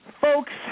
folks